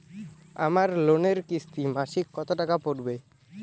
আমার লোনের কিস্তি মাসিক কত টাকা পড়বে?